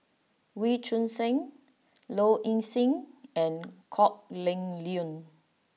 Wee Choon Seng Low Ing Sing and Kok Heng Leun